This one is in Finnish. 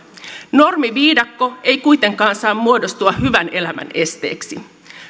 normiviidakko ei kuitenkaan saa muodostua hyvän elämän esteeksi